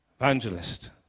evangelist